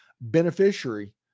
beneficiary